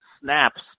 snaps